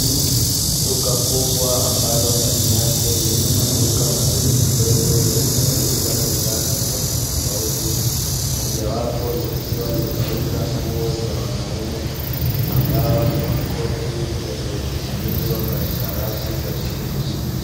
Duka kubwa ambalo ndani yake lina maduka madogomadogo yanayouza bidhaa tofautitofauti, moja wapo likiwa linauza nguo za wanaume ambayo ni makoti yaliyoning'inizwa katika rafu za chuma.